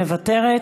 מוותרת,